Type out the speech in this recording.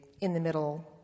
in-the-middle